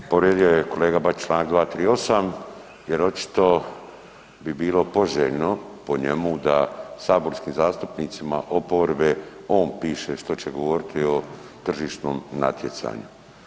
Povrijedio je kolega Bačić članak 238. jer očito bi bilo poželjno po njemu da saborskim zastupnicima oporbe on piše što će govoriti o tržišnom natjecanju.